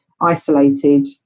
isolated